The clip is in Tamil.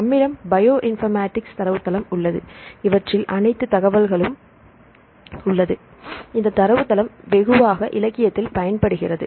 நம்மிடம் பயோ இன்பர்மேட்டிக்ஸ் தரவுத்தளம் உள்ளது இவற்றில் அனைத்து தகவல்களும் உள்ளது இந்த தரவு தளம் வெகுவாக இலக்கியத்தில் பயன்படுகிறது